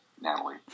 Natalie